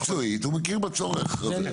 מקצועית, הוא מכיר בצורך הזה.